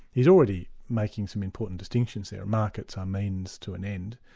he's already making some important distinctions there markets are means to an end,